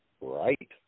Right